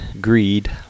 greed